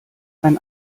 ein